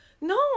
No